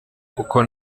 kuko